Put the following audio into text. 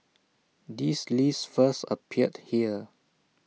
this list first appeared here